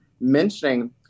mentioning